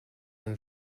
than